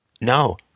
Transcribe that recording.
No